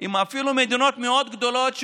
אם אפילו מדינות מאוד גדולות,